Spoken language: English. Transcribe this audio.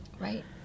Right